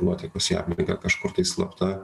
nuotekos į aplinką kažkur tai slapta